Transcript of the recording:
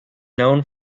known